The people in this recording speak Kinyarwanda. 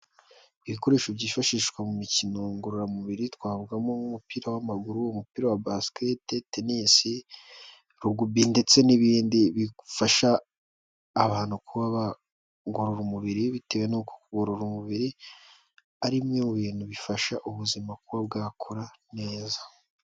Ibikoresho byifashishwa mu mikino ngororamubiri twavugamo: umupira w'amaguru, umupira wa basiketi, tenisi, rugubi ndetse n'ibindi bifasha abantu kuba bagorora umubiri bitewe n'uko kugorora umubiri ari bimwe mu bintu bifasha ubuzima kuba bwakora neza.